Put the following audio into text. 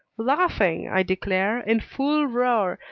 laughing, i declare, in full roar,